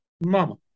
Mama